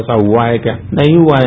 ऐसा हुआ है क्या नहीं हुआ है